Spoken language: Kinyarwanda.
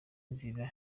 inzira